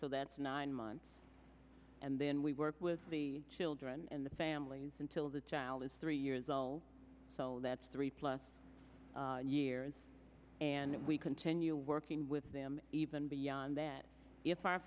so that's nine months and then we work with the children and the families until the child is three years old so that's three plus years and we continue working with them even beyond that if our